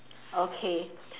okay